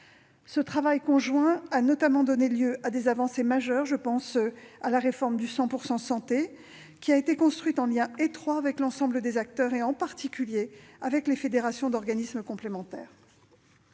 Ce travail conjoint a donné lieu à des avancées majeures ; je pense à la réforme du 100 % santé, qui a été construite en lien étroit avec l'ensemble des acteurs, et en particulier avec les fédérations d'organismes complémentaires.